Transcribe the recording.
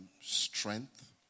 strength